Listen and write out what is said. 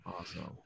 Awesome